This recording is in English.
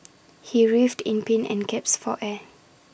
he writhed in pain and gasped for air